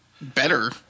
Better